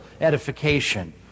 edification